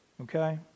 Okay